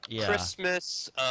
Christmas